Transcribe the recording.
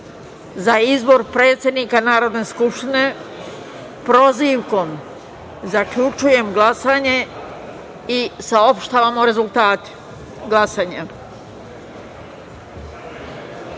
za izbor predsednika Narodne skupštine prozivkom, zaključujem glasanje i saopštavam rezultate glasanja: